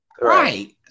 Right